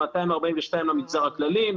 242 למגזר הכללי,